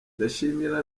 ndashimira